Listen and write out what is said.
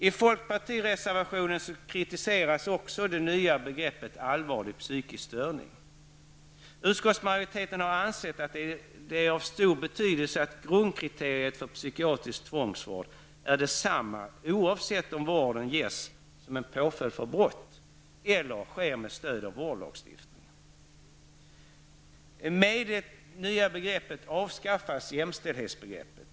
I folkpartireservationen kritiseras också det nya begreppet allvarlig psykisk störning. Utskottsmajoriteten har ansett att det är av stor betydelse att grundkriteriet för psykiatrisk tvångsvård är detsamma oavsett om vården ges som en påföljd av brott eller sker med stöd av vårdlagstiftningen. Med det nya begreppet avskaffas jämställdhetsbegreppet.